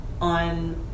on